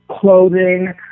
clothing